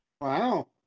wow